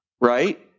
right